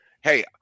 hey